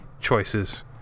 choices